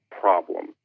problem